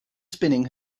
spinning